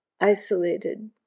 isolated